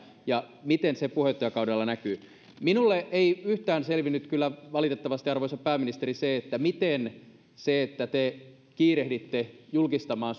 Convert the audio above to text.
ja miten se puheenjohtajakaudella näkyy minulle ei yhtään selvinnyt kyllä valitettavasti arvoisa pääministeri miten se että te kiirehditte julkistamaan